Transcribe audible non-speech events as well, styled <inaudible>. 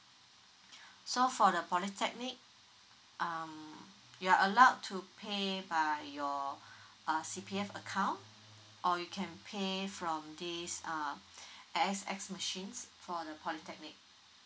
so for the polytechnic um you are allowed to pay by your uh C_P_F account or you can pay from this uh <breath> A_X_S machines for the polytechnic